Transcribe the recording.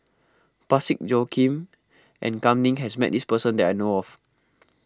Parsick Joaquim and Kam Ning has met this person that I know of